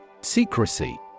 Secrecy